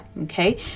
okay